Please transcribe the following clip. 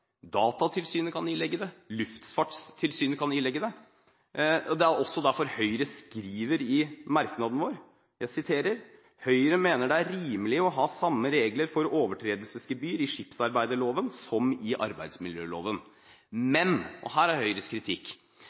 kan Datatilsynet og Luftfartstilsynet ilegge slike. Det er også derfor Høyre skriver i merknaden: «Høyre mener det rimelig å ha samme regler for overtredelsesgebyr i skipsarbeidsloven som i arbeidsmiljøloven.» Men – og her er Høyres kritikk